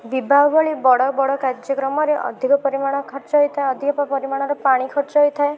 ବିବାହ ଭଳି ବଡ଼ ବଡ଼ କାର୍ଯ୍ୟକ୍ରମରେ ଅଧିକ ପରିମାଣ ଖର୍ଚ୍ଚ ହେଇଥାଏ ଅଧିକ ପରିମାଣରେ ପାଣି ଖର୍ଚ୍ଚ ହେଇଥାଏ